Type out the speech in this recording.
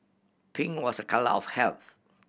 pink was a colour of health